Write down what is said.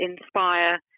inspire